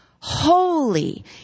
holy